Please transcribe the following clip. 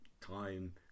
time